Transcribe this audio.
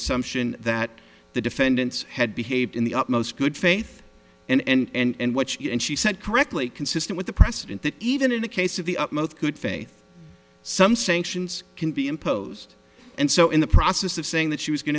assumption that the defendants had behaved in the utmost good faith and what you and she said correctly consistent with the precedent that even in a case of the utmost good faith some sanctions can be imposed and so in the process of saying that she was going